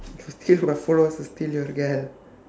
if you steal my followers I'll steal your girl